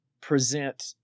present